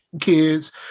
kids